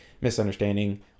misunderstanding